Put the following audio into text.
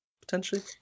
potentially